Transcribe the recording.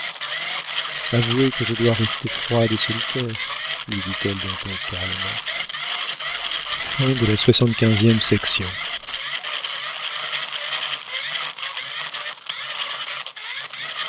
avouez que je dois rester froide et solitaire lui dit-elle d'un ton calme